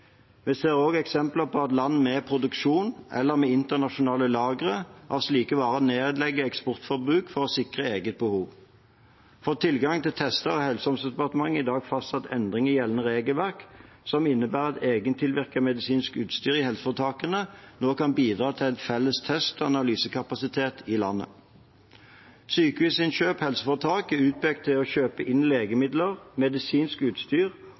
Vi ser også eksempler på at land med produksjon, eller med internasjonale lagre av slike varer, nedlegger eksportforbud for å sikre eget behov. For tilgangen til tester har Helse- og omsorgsdepartementet i dag fastsatt endringer i gjeldende regelverk som innebærer at egentilvirket medisinsk utstyr i helseforetakene nå kan bidra til felles test- og analysekapasitet i landet. Sykehusinnkjøp HF er utpekt til å kjøpe inn legemidler, medisinsk utstyr